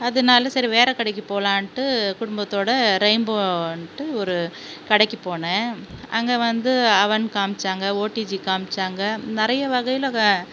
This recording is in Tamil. அதனால சரி வேற கடைக்கு போகலான்ட்டு குடும்பத்தோட ரெயின்போன்ட்டு ஒரு கடைக்கு போனேன் அங்கே வந்து அவன் காமிச்சாங்கள் ஓடிஜி காமிச்சாங்க நிறைய வகையில் க